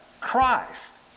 Christ